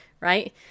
right